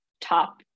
top